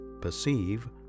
perceive